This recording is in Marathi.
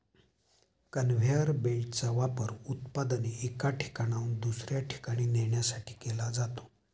कन्व्हेअर बेल्टचा वापर उत्पादने एका ठिकाणाहून दुसऱ्या ठिकाणी नेण्यासाठी केला जातो